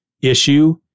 issue